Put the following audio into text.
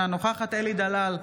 אינה נוכחת אלי דלל,